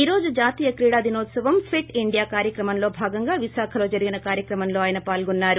ఈ రోజు జాతీయ క్రీడా దినోత్సవం ఫిట్ ఇండియా కార్యక్రమంలో భాగంగా విశాఖలో జరిగిన కార్యక్రమంలో ఆయన పాల్గొన్నారు